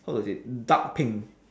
how to say dark pink